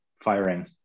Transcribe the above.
firing